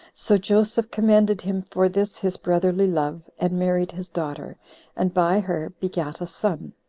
so joseph commended him for this his brotherly love, and married his daughter and by her begat a son,